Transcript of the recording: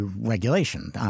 regulation